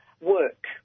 work